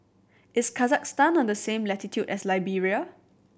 is Kazakhstan on the same latitude as Liberia